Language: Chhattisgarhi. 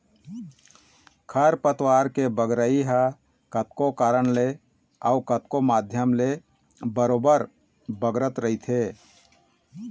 खरपतवार के बगरई ह कतको कारन ले अउ कतको माध्यम ले बरोबर बगरत रहिथे